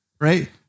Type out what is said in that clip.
right